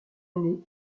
année